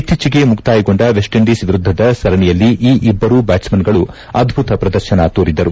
ಇತ್ತೀಚೆಗೆ ಮುಕ್ತಾಯಗೊಂಡ West Indies ವಿರುದ್ಧದ ಸರಣೆಯಲ್ಲಿ ಈ ಇಬ್ಬರೂ ಬ್ಯಾಟ್ಸ್ಮನ್ಗಳು ಅದ್ದುತ ಪ್ರದರ್ಶನ ತೋರಿದ್ದರು